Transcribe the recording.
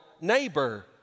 neighbor